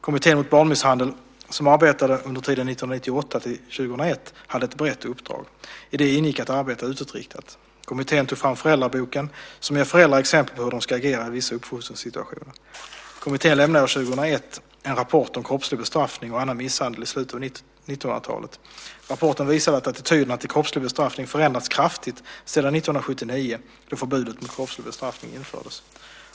Kommittén mot barnmisshandel som arbetade under tiden 1998-2001 hade ett brett uppdrag. I det ingick att arbeta utåtriktat. Kommittén tog fram Föräldraboken som ger föräldrar exempel på hur de ska agera i vissa uppfostringssituationer. Kommittén lämnade år 2001 en rapport om kroppslig bestraffning och annan misshandel i slutet av 1900-talet. Rapporten visade att attityderna till kroppslig bestraffning förändrats kraftigt sedan 1979 då förbudet mot kroppslig bestraffning infördes.